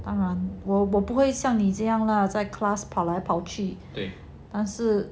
当然我不会像你这样啦在 class 跑来跑去但是